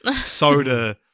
Soda